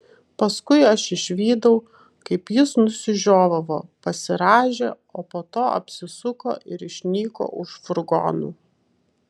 paskui aš išvydau kaip jis nusižiovavo pasirąžė o po to apsisuko ir išnyko už furgonų